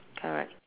correct